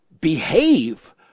behave